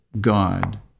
God